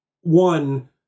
one